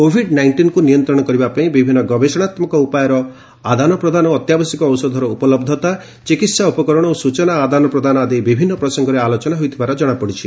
Covid ନାଇଷ୍ଟିନ୍କୁ ନିୟନ୍ତ୍ରଣ କରିବା ପାଇଁ ବିଭିନ୍ନ ଗବେଷଣାତ୍ମକ ଉପାୟର ଆଦାନ ପ୍ରଦାନ ଓ ଅତ୍ୟାବଶ୍ୟକ ଔଷଧର ଉପଲବ୍ଧତା ଚିକିତ୍ସା ଉପକରଣ ଓ ସୂଚନା ଆଦାନ ପ୍ରଦାନ ଆଦି ବିଭିନ୍ନ ପ୍ରସଙ୍ଗରେ ଆଲୋଚନା ହୋଇଥିବା ଜଣାପଡ଼ିଛି